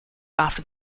after